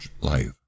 life